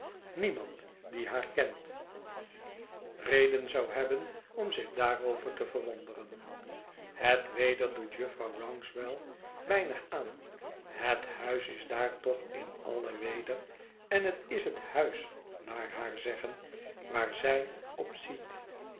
niemand die haar kent reden zou hebben om zich daarover te verwonderen het weder doet jufvrouw rouncewell weiinig aan het huis is daar toch in alle weder en het is het huis naar haar zeggen waar zij op